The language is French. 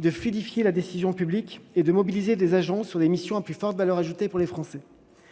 de fluidifier la décision publique et de mobiliser des agents sur des missions à plus forte valeur ajoutée pour les Français.